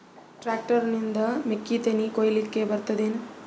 Tractor ನಿಂದ ಮೆಕ್ಕಿತೆನಿ ಕೊಯ್ಯಲಿಕ್ ಬರತದೆನ?